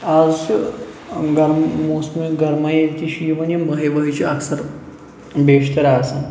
آز چھُ گَرم موسمہِ گَرما ییٚلہِ تہِ چھُ یِوان یِم مٔہۍ ؤہۍ چھِ اَکثَر بیشتَر آسان